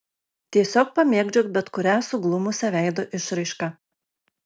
tiesiog pamėgdžiok bet kurią suglumusią veido išraišką